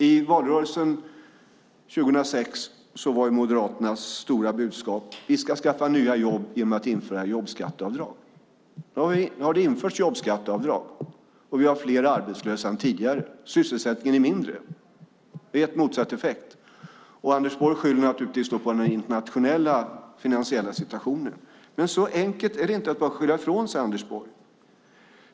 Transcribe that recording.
I valrörelsen 2006 var Moderaternas stora budskap: Vi ska skaffa nya jobb genom att införa jobbskatteavdrag. Nu har jobbskatteavdrag införts, och vi har fler arbetslösa än tidigare. Sysselsättningen är mindre. Det har gett motsatt effekt. Anders Borg skyller naturligtvis på den internationella finansiella situationen. Men så enkelt är det inte att man bara kan skylla ifrån sig, Anders Borg.